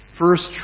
first